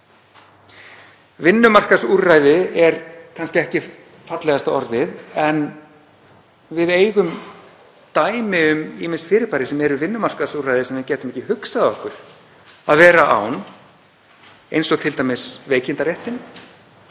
Vinnumarkaðsúrræði er kannski ekki fallegasta orðið en við eigum dæmi um ýmis fyrirbæri sem eru vinnumarkaðsúrræði sem við gætum ekki hugsað okkur að vera án, eins og t.d. veikindaréttinn